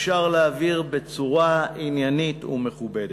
אפשר להעביר בצורה עניינית ומכובדת.